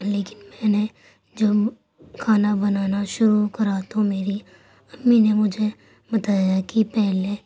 لیکن میں نے جب کھانا بنانا شروع کرا تو میری امی نے مجھے بتایا کہ پہلے